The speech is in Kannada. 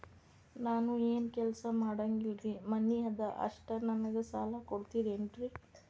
ನಾನು ಏನು ಕೆಲಸ ಮಾಡಂಗಿಲ್ರಿ ಮನಿ ಅದ ಅಷ್ಟ ನನಗೆ ಸಾಲ ಕೊಡ್ತಿರೇನ್ರಿ?